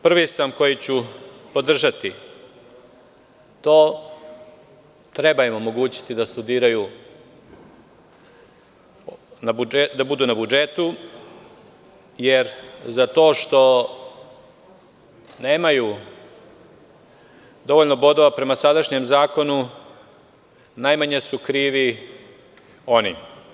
Prvi sam koji će podržati to, treba im omogućiti da studiraju na budžetu, jer za to što nemaju dovoljno bodova prema sadašnjem zakonu najmanje su krivi oni.